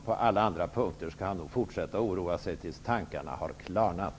På alla andra punkter skall han nog fortsätta att ora sig tills tankarna har klarnat.